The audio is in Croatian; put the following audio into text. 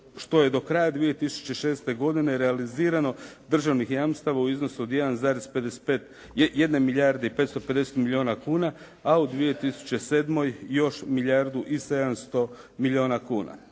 što je do kraja 2006. godine realizirano državnih jamstava u iznosu od 1 milijarde i 550 milijuna kuna a u 2007. još milijardu i 700 milijuna kuna.